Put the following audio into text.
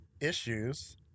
Issues